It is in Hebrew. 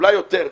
אולי יותר,